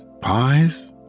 pies